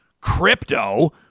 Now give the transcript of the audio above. crypto